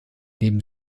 neben